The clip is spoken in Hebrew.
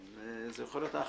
זה יכול להיות אחלה.